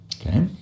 Okay